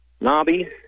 Nobby